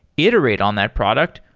iterate on that product,